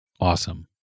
Awesome